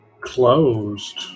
closed